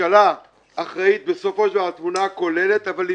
הממשלה אחראית בסופו של דבר על התמונה הכוללת אבל היא